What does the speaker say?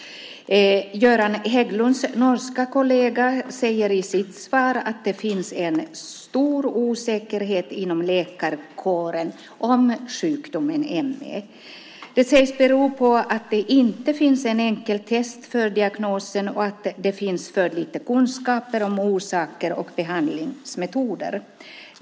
Göran Hägglunds norska kollega säger i ett svar att det finns en stor osäkerhet inom läkarkåren om sjukdomen ME. Det sägs bero på att det inte finns ett enkelt test för diagnosen och på att det finns för lite kunskap om orsaker och behandlingsmetoder.